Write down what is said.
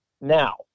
Now